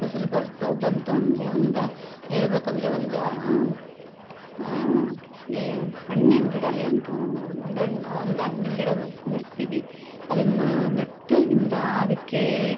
ಫಸಲ್ ಬರುತ್ತೋ ಬಂತು ಅಂದರೆ ಒಂದು ಹೇಳಬೇಕಂದ್ರೆ ಒಂದು ಎ ಹಣ್ಣಿನ ಗಿಡನೆ ಅಂದ್ಕಳೋಣ ಒಂದು ಹಣ್ಣು ಒಂದು ಹಣ್ಣಿನ್ ಗಿಡವೆ ನೆಡ್ತಿವಿ ಅದನ್ನು ನೆಟ್ಟಾಗಿಂದ ಅದಕ್ಕೇ